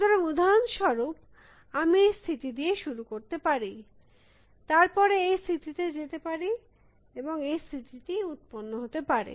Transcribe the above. সুতরাং উদাহরণস্বরূপ আমি এই স্থিতি দিয়ে শুরু করতে পারি তারপরে এই স্থিতিতে যেতে পারি এবং এই স্থিতিটি উত্পন্ন হতে পারে